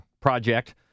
project